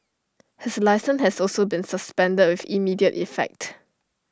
his licence has also been suspended with immediate effect